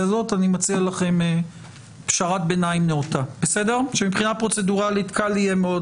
הזאת ואני מציע לכם פשרת ביניים נאותה שמבחינה פרוצדורלית קל יהיה מאוד